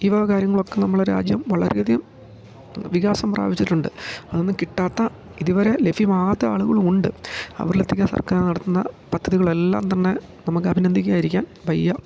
ഈ വക കാര്യങ്ങളൊക്കെ നമ്മളെ രാജ്യം വളരെ അധികം വികാസം പ്രാപിച്ചിട്ടുണ്ട് അതൊന്ന് കിട്ടാത്ത ഇതുവരെ ലഭ്യമാവാത്ത ആളുകളും ഉണ്ട് അവരിൽ എത്തിക്കാൻ സർക്കാർ നടത്തുന്ന പദ്ധതികളെല്ലാം തന്നെ നമുക്ക് അഭിനന്ദിക്കാതിരിക്കാൻ വയ്യ